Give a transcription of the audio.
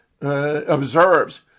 observes